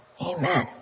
amen